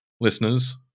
listeners